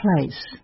place